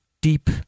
deep